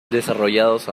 desarrollados